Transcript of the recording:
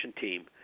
team